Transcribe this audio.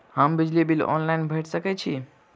हम बिजली bill online भैर सकै छी?